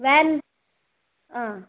van